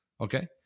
Okay